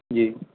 جی